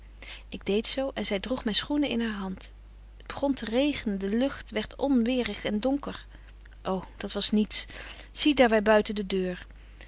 ik deed zo en zy droeg myn schoenen in haar hand t begon te regenen de lucht werdt onweerig en donker ô dat was niets zie daar wy buiten de deur